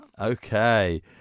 Okay